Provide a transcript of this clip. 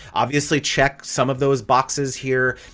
obviously check some of those boxes here.